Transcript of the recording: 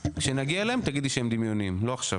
כשנגיע אליהם תגידי שהם דמיוניים לא עכשיו.